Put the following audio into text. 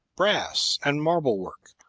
brass and marble work,